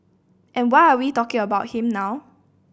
and why are we talking about him now